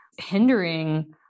hindering